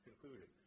concluded